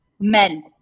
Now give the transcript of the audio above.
Men